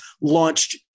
launched